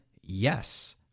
yes